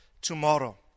tomorrow